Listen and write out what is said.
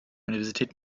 universität